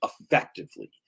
effectively